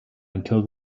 until